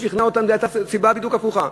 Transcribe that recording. שכנע אותם הייתה סיבה בדיוק הפוכה.